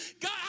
God